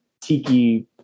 tiki